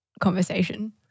conversation